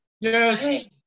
yes